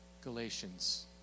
Galatians